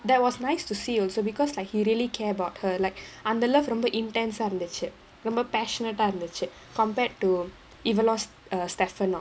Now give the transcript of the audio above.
that was nice to see also because like he really care about her like அந்த:andha love ரொம்ப:romba intense ah இருந்துச்சு ரொம்ப:irunthuchu romba passionate ah இருந்துச்சு:irunthuchu compared to even lost err stefan not